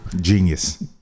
genius